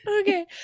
Okay